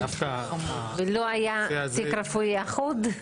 לא היה תיק רפואי אחוד?